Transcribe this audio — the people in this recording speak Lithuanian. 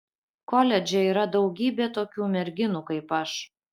koledže yra daugybė tokių merginų kaip aš